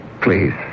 Please